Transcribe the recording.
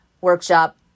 workshop